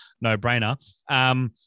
no-brainer